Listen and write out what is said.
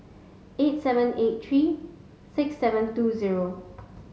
eight seven eight three six seven two zero